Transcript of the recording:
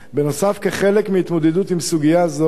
בנוסף, כחלק מההתמודדות עם סוגיה זו,